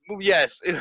Yes